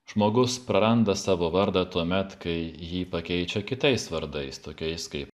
žmogus praranda savo vardą tuomet kai jį pakeičia kitais vardais tokiais kaip